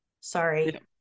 sorry